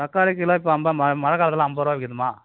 தக்காளி கிலோ இப்போது மழை காலத்தில் ஐம்பதுறுவா விற்கிதும்மா